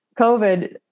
COVID